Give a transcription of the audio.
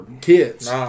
kids